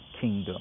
Kingdom